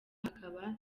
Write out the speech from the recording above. hakaba